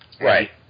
Right